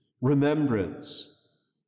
remembrance